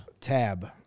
Tab